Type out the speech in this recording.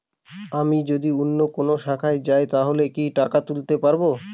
আমি যদি অন্য কোনো শাখায় যাই তাহলে কি টাকা তুলতে পারব?